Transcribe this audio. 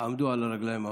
עמדו על הרגליים האחוריות.